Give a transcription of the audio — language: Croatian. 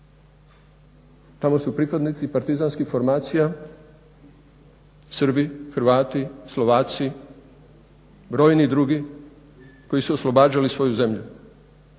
Tamo su pripadnici partizanskih formacija Srbi, Hrvati, Slovaci, brojni drugi koji su oslobađali svoju zemlju